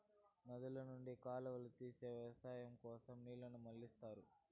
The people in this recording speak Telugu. నదుల నుండి కాలువలు తీసి వ్యవసాయం కోసం నీళ్ళను మళ్ళిస్తారు